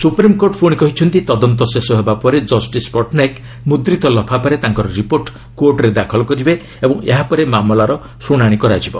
supreme court ପୁଣି କହିଛନ୍ତି ତଦନ୍ତ ଶେଷ ହେବା ପରେ ଜଷ୍ଟିସ୍ ପଟ୍ଟନାୟକ ମୁଦ୍ରିତ ଲଫାପାରେ ତାଙ୍କର ରିପୋର୍ଟ କୋର୍ଟରେ ଦାଖଲ କରିବେ ଓ ଏହା ପରେ ମାମଲାର ଶ୍ରଣାଶି ହେବ